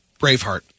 Braveheart